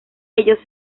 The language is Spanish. ellos